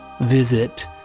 Visit